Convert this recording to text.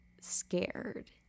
scared